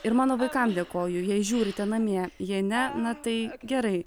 ir mano vaikam dėkoju jei žiūrite namie jei ne na tai gerai